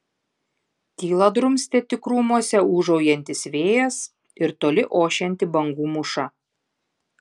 tylą drumstė tik krūmuose ūžaujantis vėjas ir toli ošianti bangų mūša